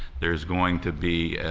there is going to be,